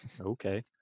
okay